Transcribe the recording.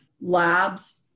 Labs